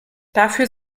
dafür